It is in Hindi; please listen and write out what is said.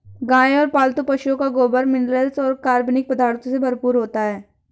गाय और पालतू पशुओं का गोबर मिनरल्स और कार्बनिक पदार्थों से भरपूर होता है